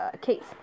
case